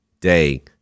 day